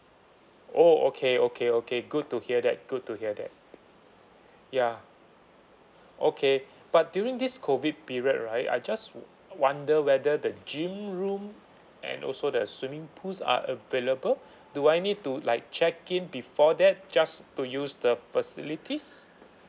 oh okay okay okay good to hear that good to hear that ya okay but during this COVID period right I just wonder whether the gym room and also the swimming pools are available do I need to like check in before that just to use the facilities